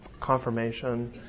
confirmation